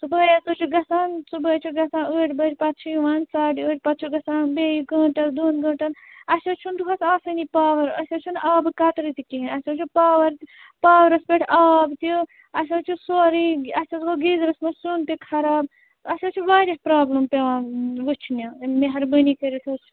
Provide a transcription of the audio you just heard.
صُبحٲے ہَسا چھُ گژھان صُبحٲے چھُ گژھان أٹھِ بجہِ پَتہٕ چھِ یِوان ساڑِ ٲٹھِ پَتہٕ چھُ گژھان بیٚیہِ گنٛٹَس دۄن گنٛٹَن اَسہِ حظ چھُنہٕ دۄہَس آسٲنی پاوَر أسۍ حظ چھُنہٕ آبہٕ قطرٕ تہِ کِہیٖنۍ اَسہِ حظ چھُ پاوَر پاورَس پٮ۪ٹھ آب تہِ اَسہِ حظ چھُ سورُے اَسہِ حظ گوٚو گیٖزرَس منٛز سیُن تہِ خراب اَسہِ حظ چھِ واریاہ پرٛابلِم پٮ۪وان وُچھنہِ مہربٲنی کٔرِتھ حظ چھِ